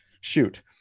shoot